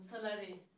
salary